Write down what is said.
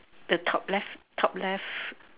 the top left top left